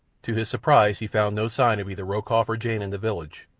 to his surprise he found no sign of either rokoff or jane in the village,